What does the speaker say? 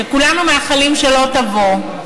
שכולנו מייחלים שלא תבוא,